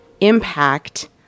impact